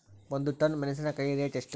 ಒಂದು ಟನ್ ಮೆನೆಸಿನಕಾಯಿ ರೇಟ್ ಎಷ್ಟು?